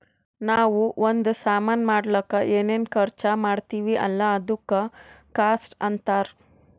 ನಾವೂ ಒಂದ್ ಸಾಮಾನ್ ಮಾಡ್ಲಕ್ ಏನೇನ್ ಖರ್ಚಾ ಮಾಡ್ತಿವಿ ಅಲ್ಲ ಅದುಕ್ಕ ಕಾಸ್ಟ್ ಅಂತಾರ್